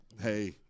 Hey